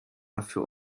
dafür